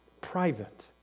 private